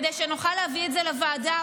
כדי שנוכל להביא את זה לוועדה,